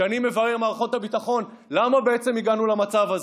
וכשאני מברר במערכות הביטחון למה בעצם הגענו למצב הזה,